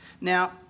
Now